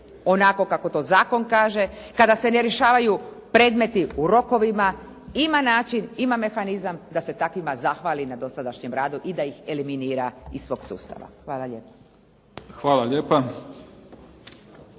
onako kako to zakon kaže, kada se ne rješavaju predmeti u rokovima. Ima način, ima mehanizam da se takvima zahvali na dosadašnjem radu i da ih eliminira iz svog sustava. Hvala lijepa.